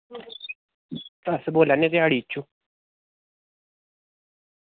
अस बोल्ला ने रेहाड़ी चों